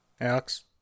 Alex